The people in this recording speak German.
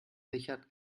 richard